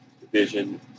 division